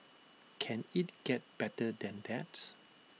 can IT get better than that